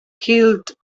killed